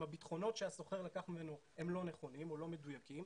הביטחונות שהשוכר לקח ממנו הם לא נכונים או לא מדויקים,